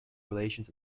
relations